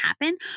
happen